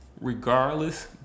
regardless